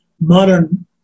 modern